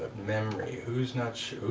memory who's not sure?